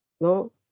No